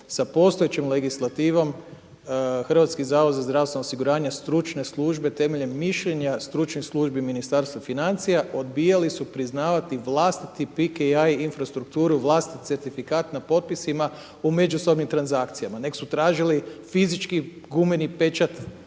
sa postojećom legislativom. Hrvatski zavod za zdravstveno osiguranje, stručne službe temeljem mišljenja stručnih službi Ministarstva financija odbijali su priznavati vlastiti …/Govornik se ne razumije./… i infrastrukturu i vlastiti certifikat na potpisima u međusobnim transakcijama, nego su tražili fizički gumeni pečat